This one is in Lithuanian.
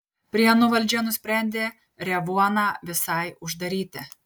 prienų valdžia nusprendė revuoną visai uždaryti